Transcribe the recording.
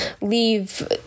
leave